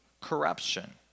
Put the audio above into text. corruption